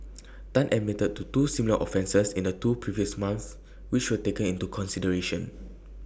Tan admitted to two similar offences in the two previous months which were taken into consideration